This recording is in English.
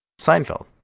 Seinfeld